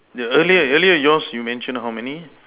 the earlier earlier yours you mention how many